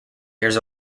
years